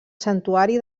santuari